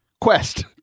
Quest